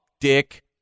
Dick